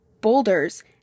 boulders